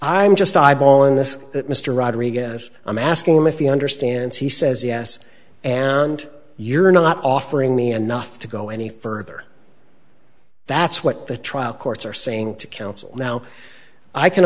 i'm just eyeballing this that mr rodriguez i'm asking him if he understands he says yes and you're not offering me enough to go any further that's what the trial courts are saying to counsel now i can